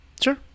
Sure